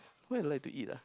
what you like to eat ah